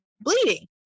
bleeding